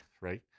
right